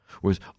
Whereas